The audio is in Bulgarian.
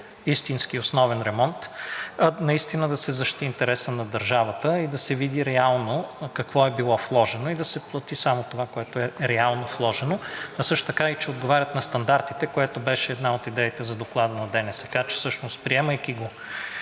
истински основен ремонт, а наистина да се защити интересът на държавата и да се види реално какво е било вложено и да се плати само това, което е реално вложено, а също така и че отговарят на стандартите, което беше една от идеите за доклада на ДНСК, че всъщност приемайки го